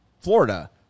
Florida